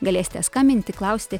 galėsite skambinti klausti